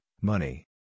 money